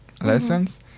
lessons